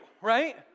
right